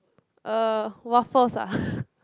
uh waffles ah